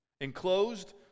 Enclosed